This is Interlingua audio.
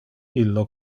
illo